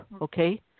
Okay